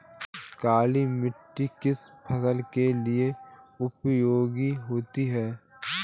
काली मिट्टी किस फसल के लिए उपयोगी होती है?